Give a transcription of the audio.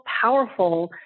powerful